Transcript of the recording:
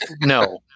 no